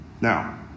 Now